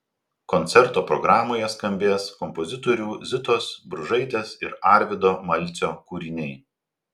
koncerto programoje skambės kompozitorių zitos bružaitės ir arvydo malcio kūriniai